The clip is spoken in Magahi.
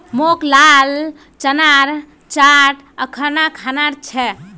मोक लाल चनार चाट अखना खाना छ